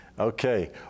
Okay